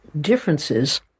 differences